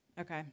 Okay